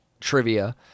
Trivia